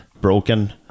Broken